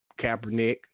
Kaepernick